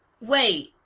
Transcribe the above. Wait